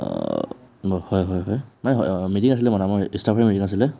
হয় হয় হয় মানে হয় মিটিং আছিলে মানে আমাৰ ষ্টাফৰে মিটিং আছিলে